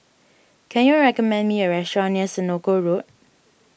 can you recommend me a restaurant near Senoko Road